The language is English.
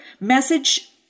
message